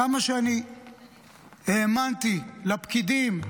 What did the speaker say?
כמה שאני האמנתי לפקידים,